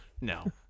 No